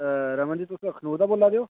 अ रमन जी तुस अखनूर दा बोला दे ओ